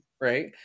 right